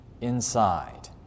inside